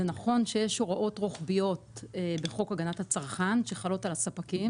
זה נכון שיש הוראות רוחביות בחוק הגנת הצרכן שחלות על הספקים.